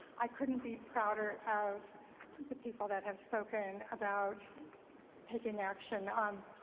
i couldn't be prouder of the people that have spoken about taking action on